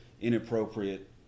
inappropriate